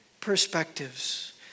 perspectives